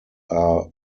are